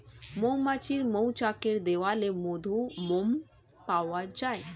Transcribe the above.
মৌমাছির মৌচাকের দেয়ালে মধু, মোম পাওয়া যায়